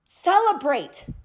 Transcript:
Celebrate